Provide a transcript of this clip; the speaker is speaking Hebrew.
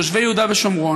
תושבי יהודה ושומרון,